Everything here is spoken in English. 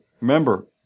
remember